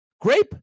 Grape